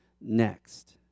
next